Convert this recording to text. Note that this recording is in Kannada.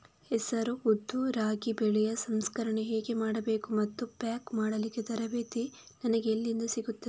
ಹೆಸರು, ಉದ್ದು, ರಾಗಿ ಬೆಳೆಯ ಸಂಸ್ಕರಣೆ ಹೇಗೆ ಮಾಡಬೇಕು ಮತ್ತು ಪ್ಯಾಕ್ ಮಾಡಲಿಕ್ಕೆ ತರಬೇತಿ ನನಗೆ ಎಲ್ಲಿಂದ ಸಿಗುತ್ತದೆ?